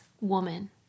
woman